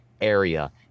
area